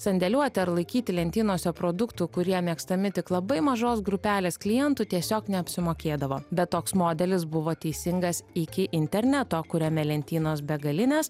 sandėliuoti ar laikyti lentynose produktų kurie mėgstami tik labai mažos grupelės klientų tiesiog neapsimokėdavo bet toks modelis buvo teisingas iki interneto kuriame lentynos begalinės